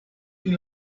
ihn